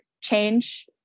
change